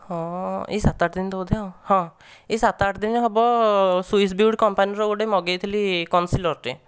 ହଁ ଏହି ସାତ ଆଠଦିନ ବୋଧେ ହଁ ଏହି ସାତ ଆଠଦିନ ହେବ ସୁଇସ୍ ବିୟୁଟି କମ୍ପାନୀର ଗୋଟିଏ ମଗାଇଥିଲି କନସିଲର୍ଟେ